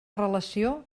relació